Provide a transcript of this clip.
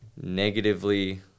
negatively